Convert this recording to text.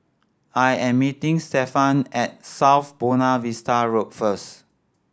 I am meeting Stefan at South Buona Vista Road first